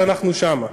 ואנחנו שם.